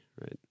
right